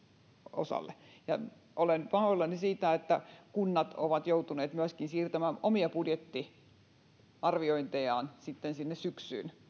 osalle olen pahoillani siitä että kunnat ovat joutuneet myöskin siirtämään omia budjettiarviointejaan sitten sinne syksyyn